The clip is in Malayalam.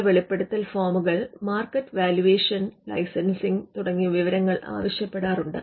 ചില വെളിപ്പെടുത്തൽ ഫോമുകൾ മാർക്കറ്റ് വാലുവേഷൻ ലൈസൻസിങ് തുടങ്ങിയ വിവരങ്ങൾ ആവശ്യപ്പെടാറുണ്ട്